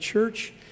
Church